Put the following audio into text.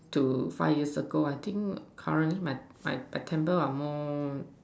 to five years ago currently my temper are more